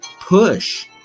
push